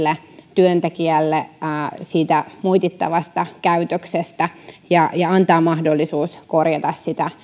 työntekijälle siitä moitittavasta käytöksestä ja ja antaa mahdollisuus korjata